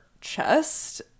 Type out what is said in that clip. chest